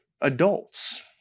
adults